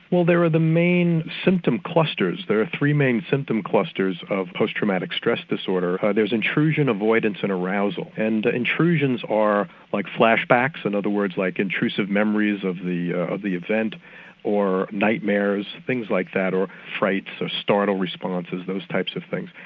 well there are the main symptom clusters. there are three main symptom clusters of post traumatic stress disorder. there's intrusion, avoidance and arousal and intrusions are like flashbacks. in and other words, like intrusive memories of the of the event or nightmares, things like that, or frights, or startle responses, those types of things.